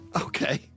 Okay